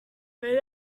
may